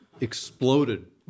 exploded